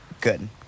Good